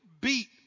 beat